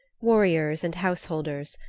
warriors and householders,